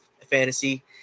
fantasy